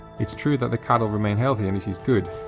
it's true that the cattle remain healthy and this is good,